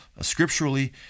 scripturally